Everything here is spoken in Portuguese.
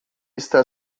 está